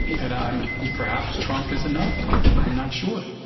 and i'm perhaps trump is enough i'm not sure.